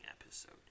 episode